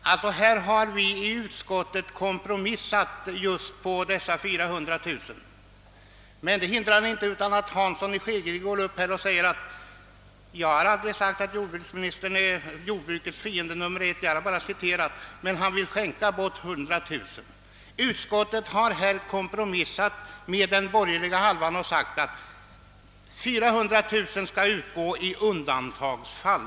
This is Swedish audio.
Just när det gäller detta bidrag på 400 000 kronor har vi i utskottet träffat en kompromiss, men det hindrade inte herr Hansson i Skegrie från att säga: »Jag har aldrig påstått att jordbruksministern är jordbrukets fiende nr 1; jag har bara citerat ett sådant uttalande, men han vill här skänka bort 100 000 kronor.» Socialdemokraterna i utskottet har kompromissat med de borgerliga ledamöterna i utskottet och uttalat att 100 000 kronor skall utgå i undantagsfall.